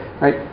right